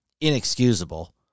inexcusable